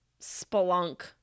spelunk